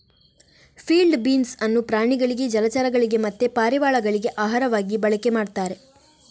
field beans ಅನ್ನು ಪ್ರಾಣಿಗಳಿಗೆ ಜಲಚರಗಳಿಗೆ ಮತ್ತೆ ಪಾರಿವಾಳಗಳಿಗೆ ಆಹಾರವಾಗಿ ಬಳಕೆ ಮಾಡ್ತಾರೆ